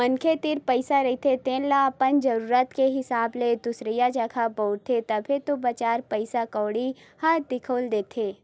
मनखे तीर पइसा रहिथे तेन ल अपन जरुरत के हिसाब ले दुसरइया जघा बउरथे, तभे तो बजार पइसा कउड़ी ह दिखउल देथे